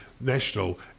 national